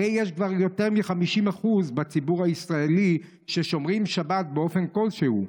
הרי יש כבר יותר מ-50% בציבור הישראלי ששומרים שבת באופן כלשהו.